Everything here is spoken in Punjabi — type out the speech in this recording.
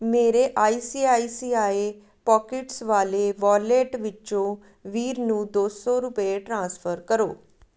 ਮੇਰੇ I C I C I pockets ਵਾਲੇ ਵੋਲੇਟ ਵਿੱਚੋਂ ਵੀਰ ਨੂੰ ਦੋ ਸੌ ਰੁਪਏ ਟ੍ਰਾਂਸਫਰ ਕਰੋ